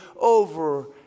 over